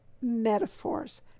metaphors